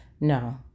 No